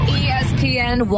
espn